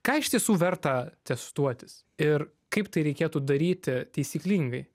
ką iš tiesų verta testuotis ir kaip tai reikėtų daryti taisyklingai